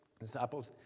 disciples